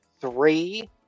three